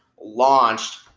launched